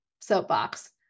soapbox